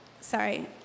Sorry